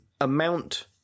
amount